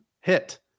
hit